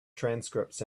transcripts